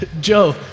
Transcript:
Joe